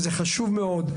זה חשוב מאוד,